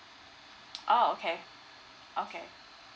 oh okay okay